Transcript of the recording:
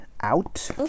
out